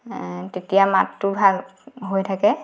তেতিয়া মাতটো ভাল হৈ থাকে